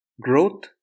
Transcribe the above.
growth